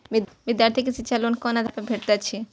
विधार्थी के शिक्षा लोन कोन आधार पर भेटेत अछि?